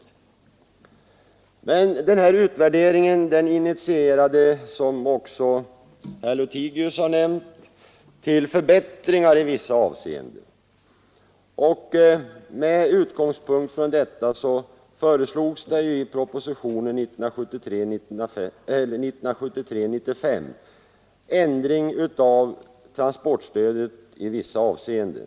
Men utvärderingen initierade, som också herr Lothigius har nämnt, till förbättringar i vissa avseenden. Med utgångspunkt från detta föreslogs i proposition 95 år 1973 ändring av transportstödet i vissa avseenden.